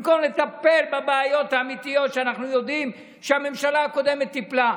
במקום לטפל בבעיות האמיתיות שאנחנו יודעים שהממשלה הקודמת טיפלה בהן.